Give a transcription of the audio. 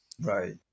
Right